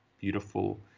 beautiful